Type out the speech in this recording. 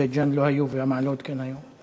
בית-ג'ן לא היה ומעלות כן הייתה?